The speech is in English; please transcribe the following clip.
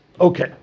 okay